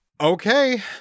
Okay